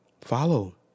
follow